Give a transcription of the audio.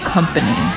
Company